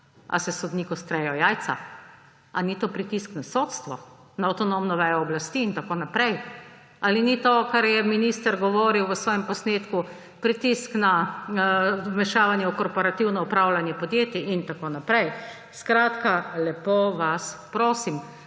Ali se sodniku strejo jajca? Ali ni to pritisk na sodstvo, na avtonomno vejo oblasti in tako naprej? Ali ni to, kar je minister govoril v svojem posnetku, pritisk, vmešavanje v korporativno upravljanje podjetij in tako naprej? Skratka, lepo vas prosim!